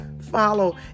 follow